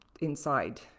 inside